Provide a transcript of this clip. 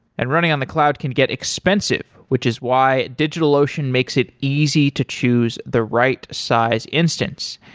and running on the cloud can get expensive, which is why digitalocean makes it easy to choose the right size instance.